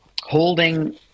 holding